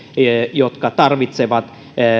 jotka tarvitsevat